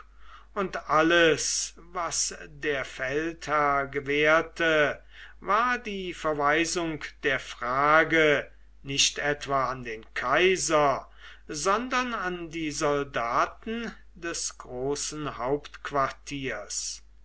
und alles was der feldherr gewährte war die verweisung der frage nicht etwa an den kaiser sondern an die soldaten des großen hauptquartiers